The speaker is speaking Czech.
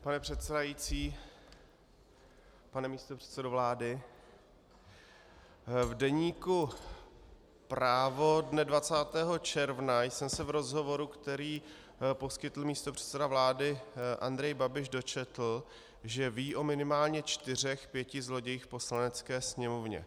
Pane předsedající, pane místopředsedo vlády, v deníku Právo dne 20. června jsem se v rozhovoru, který poskytl místopředseda vlády Andrej Babiš, dočetl, že ví o minimálně čtyřech pěti zlodějích v Poslanecké sněmovně.